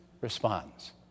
responds